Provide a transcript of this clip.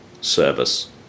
service